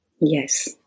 yes